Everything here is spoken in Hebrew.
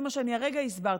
זה מה שאני הרגע הסברתי,